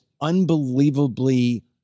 unbelievably –